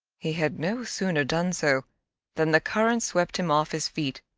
he had no sooner done so than the current swept him off his feet.